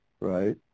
right